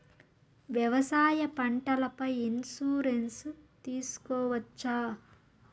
వ్యవసాయ పంటల పై ఇన్సూరెన్సు తీసుకోవచ్చా?